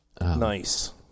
Nice